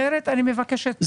אחרת אני מבקשת לא להצביע.